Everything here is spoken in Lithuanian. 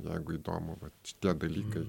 jeigu įdomu vat šitie dalykai